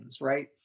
right